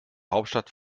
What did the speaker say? hauptstadt